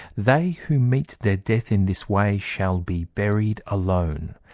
they who meet their death in this way shall be buried alone,